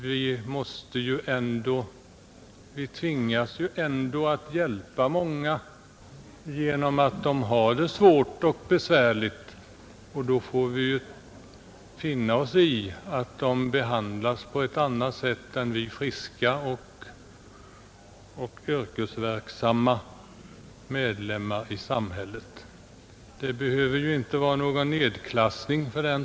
Vi tvingas ju ändå att hjälpa många på grund av att de har det svårt, och då får vi finna oss i att de behandlas på ett annat sätt än vi friska och yrkesverksamma medlemmar i samhället. Det behöver inte innebära någon nedklassning.